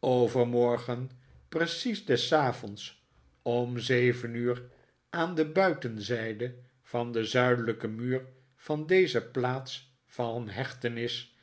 overmorgeh precies des avonds om zeven uur aan de buitenzijde van den zuidelijken muur van deze plaats van hechtenis